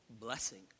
blessing